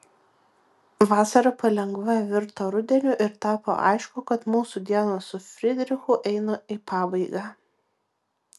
vasara palengva virto rudeniu ir tapo aišku kad mūsų dienos su fridrichu eina į pabaigą